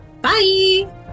Bye